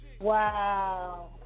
Wow